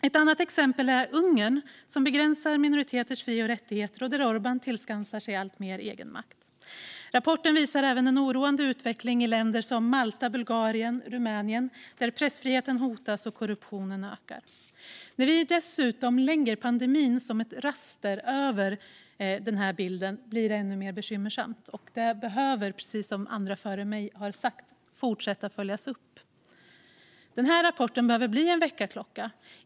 Ett annat exempel är Ungern, där minoriteters fri och rättigheter begränsas och där Orbán tillskansar sig alltmer egenmakt. Rapporten visar även på en oroande utveckling i länder som Malta, Bulgarien och Rumänien där pressfriheten hotas och korruptionen ökar. När vi dessutom lägger pandemin som ett raster över bilden blir det än mer bekymmersamt. Precis som andra före mig har sagt måste detta följas upp även i fortsättningen. 2020 års rapport om rättsstatsprincipen Rapporten behöver bli en väckarklocka.